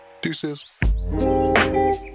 deuces